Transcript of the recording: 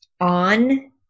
on